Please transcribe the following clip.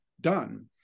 done